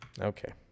Okay